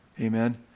amen